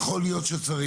יכול להיות שצריך.